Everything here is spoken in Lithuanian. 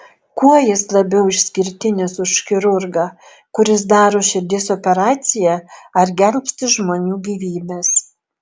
kuo jis labiau išskirtinis už chirurgą kuris daro širdies operaciją ar gelbsti žmonių gyvybes